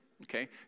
Okay